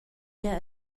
gia